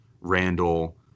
Randall